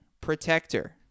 protector